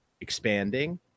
expanding